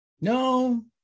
no